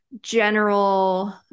general